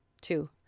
two